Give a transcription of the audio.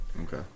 okay